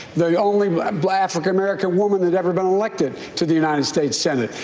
the only ah but african american woman that'd ever been elected to the united states senate,